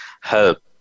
help